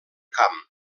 camp